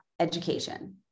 Education